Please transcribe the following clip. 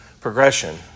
progression